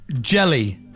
Jelly